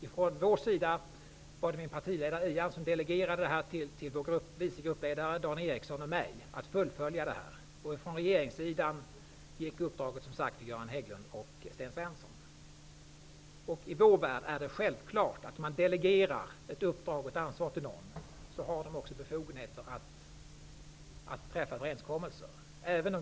I vårt fall delegerade vår partiledare Ian Wachtmeister till vår vice gruppledare Dan Eriksson och mig att fullfölja det här. Från regeringssidan gick uppdraget som sagt till Göran Hägglund och Sten Svensson. I vår värld är det självklart att när man delegerar ett uppdrag och ett ansvar till någon så får denne också befogenheter att träffa överenskommelser.